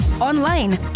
Online